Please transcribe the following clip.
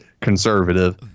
conservative